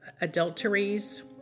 adulteries